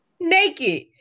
Naked